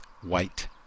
White